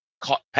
caught